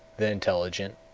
the intelligent,